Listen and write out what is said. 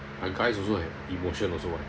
ah guys also have emotion also [what]